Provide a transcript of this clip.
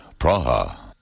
Praha